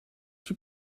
die